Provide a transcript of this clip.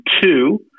two